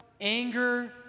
anger